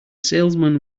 salesman